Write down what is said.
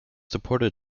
deported